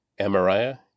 Amariah